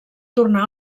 tornar